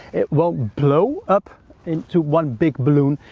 it will blow up into one big balloon.